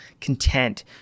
content